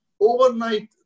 Overnight